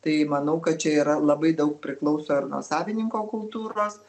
tai manau kad čia yra labai daug priklauso ir nuo savininko kultūros